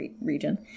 Region